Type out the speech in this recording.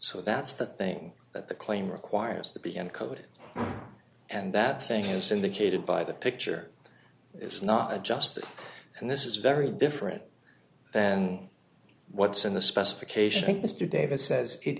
so that's the thing that the claim requires to be encoded and that thing is indicated by the picture it's not adjusted and this is very different than what's in the specification mr davis says it